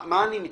למה אני מתכוון?